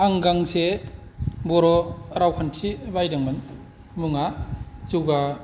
आं गांसे बर' रावखान्थि बायदोंमोन मुंआ जौगा